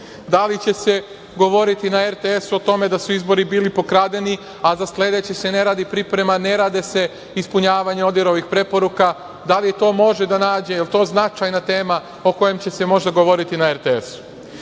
li će se govoriti na RTS-u o tome da su izbori bili pokradeni, a za sledeće se ne radi priprema, ne rade se ispunjavanje ODIHR-ovih preporuka? Da li to može da nađe… da li je to značajna tema o kojoj će se možda govoriti na RTS-u? Da